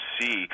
see